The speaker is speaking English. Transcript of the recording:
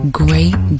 great